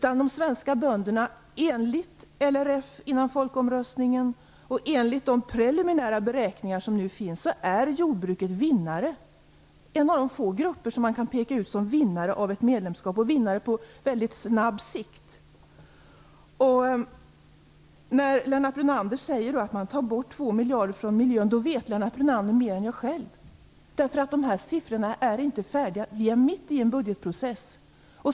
Enligt vad LRF sade före folkomröstningen och enligt de preliminära beräkningar som nu finns är jordbruket en vinnare. Jordbruket är en av de få grupper som kan pekas ut som en vinnare av ett medlemskap, en vinnare även på mycket kort sikt. Lennart Brunander säger att man tar bort 2 miljarder från miljön. Han vet i så fall mer än jag själv. Dessa siffror är nämligen inte färdiga. Vi är mitt i en budgetprocess.